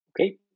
Okay